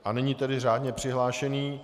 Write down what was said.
A nyní tedy řádně přihlášení.